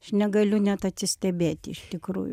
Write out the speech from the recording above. aš negaliu net atsistebėti iš tikrųjų